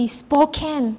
spoken